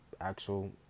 actual